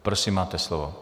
Prosím, máte slovo.